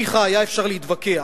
ניחא, היה אפשר להתווכח.